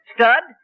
Stud